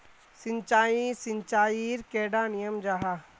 सिंचाई सिंचाईर कैडा नियम जाहा?